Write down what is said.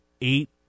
eight